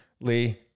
lee